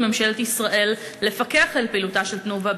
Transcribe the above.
ממשלת ישראל לפקח על פעילותה של "תנובה",